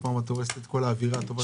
עוד פעם את הורסת את כל האווירה הטובה.